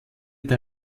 der